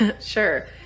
Sure